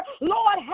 Lord